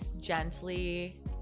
gently